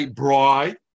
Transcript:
bride